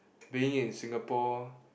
being in Singapore